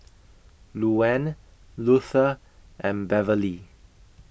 Luanne Luther and Beverley